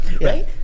Right